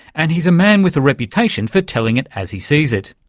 and he's a man with a reputation for telling it as he sees it.